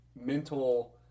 mental